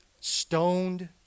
Stoned